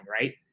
right